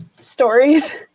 stories